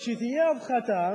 שתהיה הפחתה,